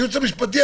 הייעוץ המשפטי,